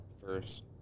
first